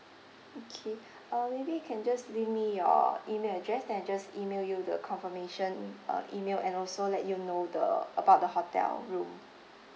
okay uh maybe you can just leave me your email address then I just email you the confirmation uh email and also let you know the about the hotel room